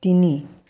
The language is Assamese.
তিনি